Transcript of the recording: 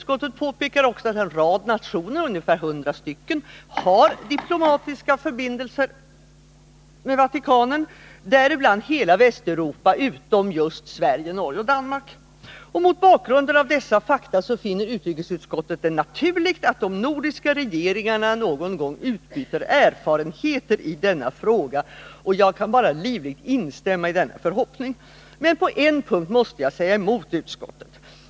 Det påpekas också att en rad nationer, ungefär hundra, har diplomatiska förbindelser med Vatikanen, däribland hela Västeuropa utom just Sverige, Norge och Danmark. Mot bakgrund av dessa fakta finner utrikesutskottet det naturligt att de nordiska regeringarna någon gång utbyter erfarenheter i denna fråga. Jag kan bara livligt instämma i denna förhoppning. På en punkt måste jag emellertid säga emot utskottet.